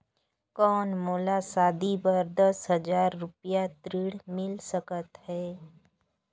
कौन मोला शादी बर दस हजार रुपिया ऋण मिल सकत है?